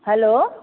hello